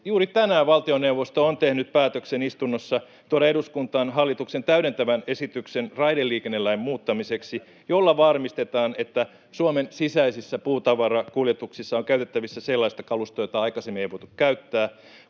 juuri tänään valtioneuvosto on tehnyt päätöksen istunnossa tuoda eduskuntaan hallituksen täydentävä esitys raideliikennelain muuttamiseksi, jolla varmistetaan, että Suomen sisäisissä puutavarakuljetuksissa on käytettävissä sellaista kalustoa, jota aikaisemmin ei voitu käyttää.